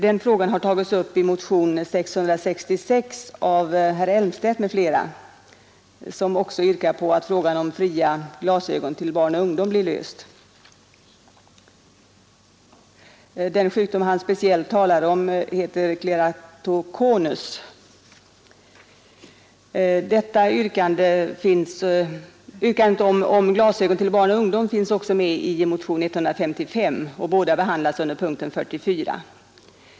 Den frågan har tagits upp i motionen 660 av herr Elmstedt m.fl., vari också yrkas på att problemet med fria glasögon till barn och ungdom blir löst. Den sjukdom herr Elmstedt speciellt talar om är keratokonus. Yrkandet om glasögon till barn och ungdom finns också med i motionen 155. Båda motionerna behandlas under punkten 44.